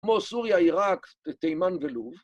כמו סוריה, עיראק, תימן ולוב.